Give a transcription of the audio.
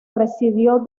residió